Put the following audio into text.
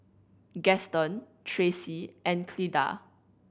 Gaston Traci and Cleda